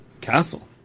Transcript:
Castle